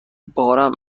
بارم